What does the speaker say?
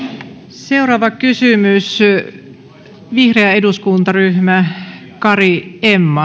seuraava kysymys vihreä eduskuntaryhmä emma kari